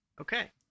Okay